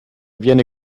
viene